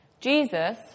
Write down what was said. Jesus